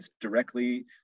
directly